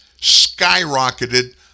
skyrocketed